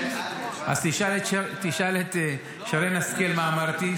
--- אז תשאל את שרן השכל מה אמרתי,